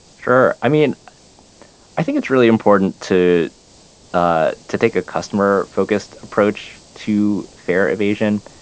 sure. i mean i think it's really important to ah to take a customer-focused approach to fare evasion.